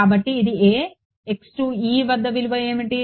కాబట్టి ఇది a వద్ద విలువ ఏమిటి